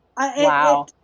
Wow